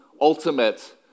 ultimate